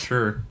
Sure